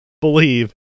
believe